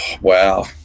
wow